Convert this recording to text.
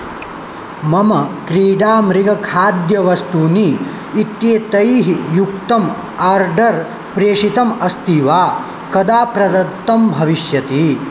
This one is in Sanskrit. मम क्रीडामृगखाद्यवस्तूनि इत्येतैः युक्तम् आर्डर् प्रेषितम् अस्ति वा कदा प्रदत्तं भविष्यति